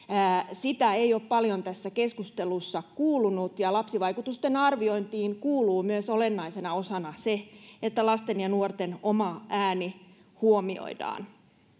sitä ei ole paljon tässä keskustelussa kuulunut ja lapsivaikutusten arviointiin kuuluu olennaisena osana myös se että lasten ja nuorten oma ääni huomioidaan